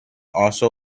also